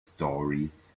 stories